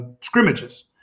scrimmages